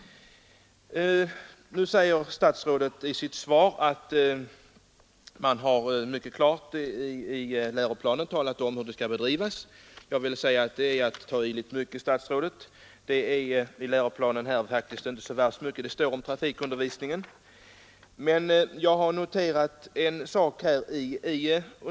Nu säger statsrådet i sitt svar att man har mycket klart i läroplanen talat om hur undervisningen skall bedrivas. Jag vill säga att det är att ta i litet mycket, statsrådet. I läroplanen står faktiskt inte så värst mycket om trafikundervisningen, men jag har noterat en sak.